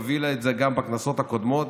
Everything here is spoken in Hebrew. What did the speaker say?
הובילה את זה גם בכנסות הקודמות,